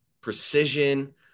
precision